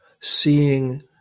seeing